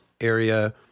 area